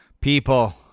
people